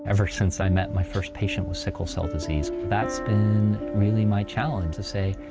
ever since i met my first patient with sickle cell disease, that's been really my challenge to say,